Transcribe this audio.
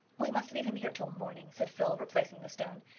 we must leave him here till morning, said phil, replacing the stone.